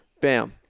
bam